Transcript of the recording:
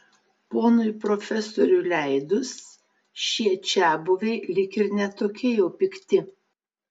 ponui profesoriui leidus šie čiabuviai lyg ir ne tokie jau pikti